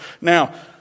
Now